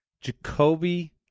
Jacoby